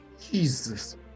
Jesus